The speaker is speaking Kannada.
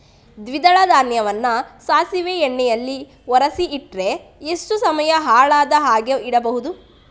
ದ್ವಿದಳ ಧಾನ್ಯವನ್ನ ಸಾಸಿವೆ ಎಣ್ಣೆಯಲ್ಲಿ ಒರಸಿ ಇಟ್ರೆ ಎಷ್ಟು ಸಮಯ ಹಾಳಾಗದ ಹಾಗೆ ಇಡಬಹುದು?